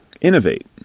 innovate